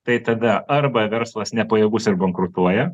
tai tada arba verslas nepajėgus ir bankrutuoja